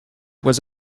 was